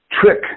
trick